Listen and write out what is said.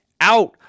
out